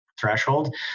threshold